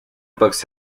books